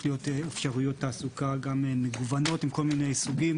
להיות אפשרויות תעסוקה מגוונות עם כל מיני סוגים,